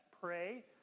pray